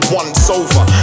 once-over